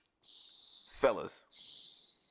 Fellas